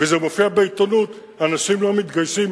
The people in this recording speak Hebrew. זה מופיע בעיתונות: אנשים לא מתגייסים,